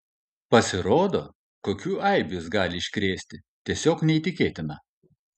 pasirodo kokių eibių jis gali iškrėsti tiesiog neįtikėtina